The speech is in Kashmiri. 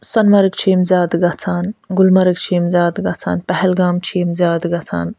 سۄنہٕ مرگ چھِ یِم زیادٕ گژھان گُلمرگ چھِ یِم زیادٕ گژھان پہلگام چھِ یِم زیادٕ گژھان